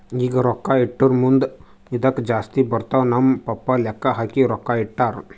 ಈಗ ರೊಕ್ಕಾ ಇಟ್ಟುರ್ ಮುಂದ್ ಇದ್ದುಕ್ ಜಾಸ್ತಿ ಬರ್ತಾವ್ ನಮ್ ಪಪ್ಪಾ ಲೆಕ್ಕಾ ಹಾಕಿ ರೊಕ್ಕಾ ಇಟ್ಟಾರ್